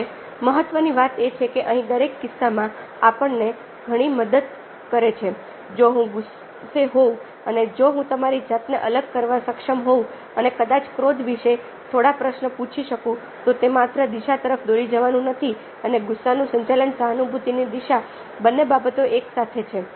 હવે મહત્વની વાત એ છે કે અહીં દરેક કિસ્સામાં આપણને ઘણી મદદ કરે છે જો હું ગુસ્સે હોઉં અને જો હું મારી જાતને અલગ કરવા સક્ષમ હોઉં અને કદાચ ક્રોધ વિશે થોડા પ્રશ્નો પૂછી શકું તો તે માત્ર દિશા તરફ દોરી જવાનું નથીઅને ગુસ્સાનું સંચાલન સહાનુભૂતિની દિશા બંને બાબતો એકસાથે છે